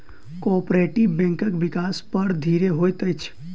cooperative बैंकक विकास बड़ धीरे होइत अछि